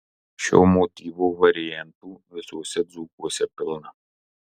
šio motyvo variantų visuose dzūkuose pilna